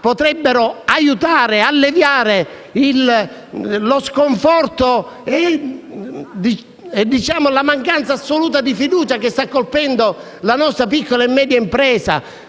potrebbero aiutare, alleviare lo sconforto e la mancanza assoluta di fiducia che sta colpendo la nostra piccola e media impresa.